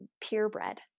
purebred